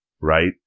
right